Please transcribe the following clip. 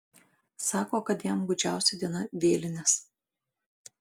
sako kad jam gūdžiausia diena vėlinės